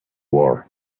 war